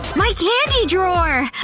my candy drawer!